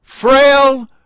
frail